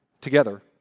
together